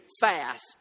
fast